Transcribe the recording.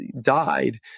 died